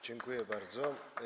Dziękuję bardzo.